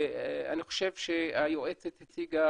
אני חושב שהיועצת הציגה